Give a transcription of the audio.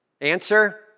Answer